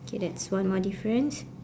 K that's one more difference